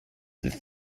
this